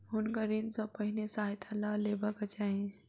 हुनका ऋण सॅ पहिने सहायता लअ लेबाक चाही